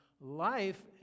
life